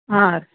ಹಾಂ ರೀ